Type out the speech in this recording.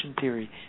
theory